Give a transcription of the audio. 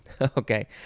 okay